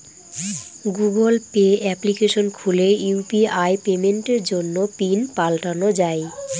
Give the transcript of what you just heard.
Google pay application খুলে UPI পেমেন্টের জন্য পিন পাল্টানো যাই